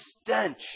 stench